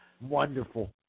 Wonderful